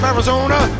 Arizona